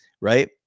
right